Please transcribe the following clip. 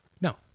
No